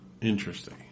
Interesting